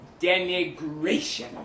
Denigration